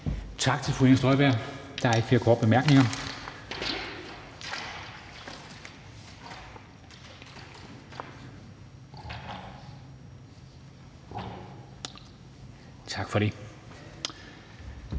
Tak til fru Inger Støjberg. Der er ikke flere korte bemærkninger. Så er det